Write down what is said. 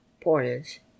Portage